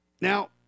Now